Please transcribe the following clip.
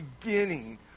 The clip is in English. beginning